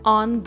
on